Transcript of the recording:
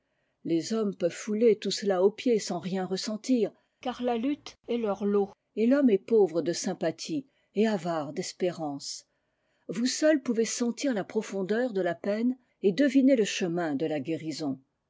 les hommes peuvent fouler tout cela aux pieds sans rien ressentir car la lutte est leur lot et l'homme est pauvre de sympathie et avare d'espérance vous seules pouvez sentir la profondeur de la peine et deviner le chemin de la guérison